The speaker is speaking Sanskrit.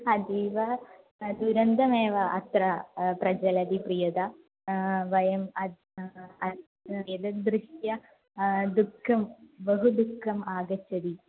अतीव दूरन्तमेव अत्र प्रचलन्ति प्रियदा वयम् एतद्दृष्ट्वा दुःखं बहु दुःखम् आगच्छति